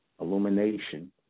Illumination